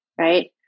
Right